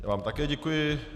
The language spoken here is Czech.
Já vám také děkuji.